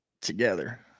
together